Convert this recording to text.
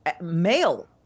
male